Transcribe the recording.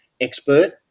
expert